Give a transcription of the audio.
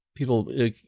People